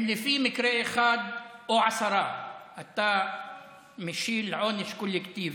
אם לפי מקרה אחד או עשרה אתה מטיל עונש קולקטיבי,